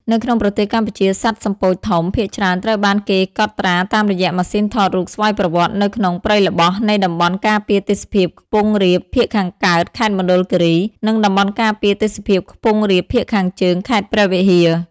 នៅក្នុងប្រទេសកម្ពុជា សត្វសំពោចធំ ភាគច្រើនត្រូវបានគេកត់ត្រាតាមរយៈម៉ាស៊ីនថតរូបស្វ័យប្រវត្តនៅក្នុងព្រៃល្បោះនៃតំបន់ការពារទេសភាពខ្ពង់រាបភាគខាងកើត ខេត្តមណ្ឌលគិរី និងតំបន់ការពារទេសភាពខ្ពង់រាបភាគខាងជើង ខេត្តព្រះវិហារ។